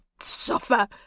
Suffer